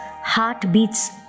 Heartbeats